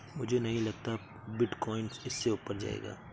मुझे नहीं लगता अब बिटकॉइन इससे ऊपर जायेगा